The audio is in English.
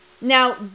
Now